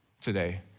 today